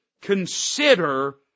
Consider